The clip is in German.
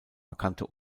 markante